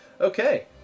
Okay